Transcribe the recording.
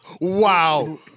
Wow